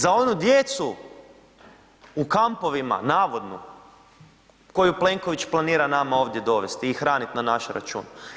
Za onu djecu u kampovima navodno koju Plenković planira nama ovdje dovesti i hranit na naš račun?